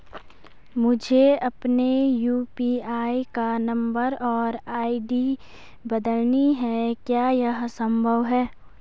मुझे अपने यु.पी.आई का नम्बर और आई.डी बदलनी है क्या यह संभव है?